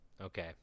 Okay